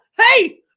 hey